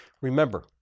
Remember